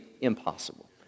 impossible